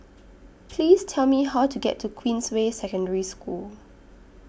Please Tell Me How to get to Queensway Secondary School